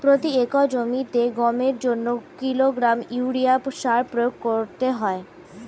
প্রতি একর জমিতে গমের জন্য কত কিলোগ্রাম ইউরিয়া সার প্রয়োগ করতে হয়?